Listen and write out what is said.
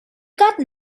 got